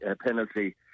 penalty